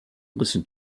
listen